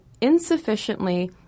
insufficiently